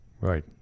right